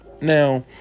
Now